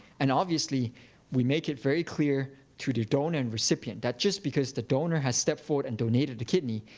and obviously we make it very clear to the donor and recipient that just because the donor has stepped forward and donated a kidney,